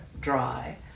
dry